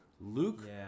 Luke